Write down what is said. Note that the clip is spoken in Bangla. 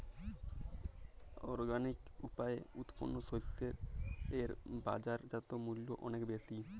অর্গানিক উপায়ে উৎপন্ন শস্য এর বাজারজাত মূল্য অনেক বেশি